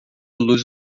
luz